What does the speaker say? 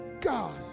God